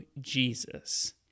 Jesus